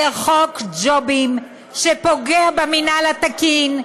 זה חוק ג'ובים, שפוגע במינהל התקין,